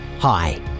Hi